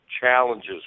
challenges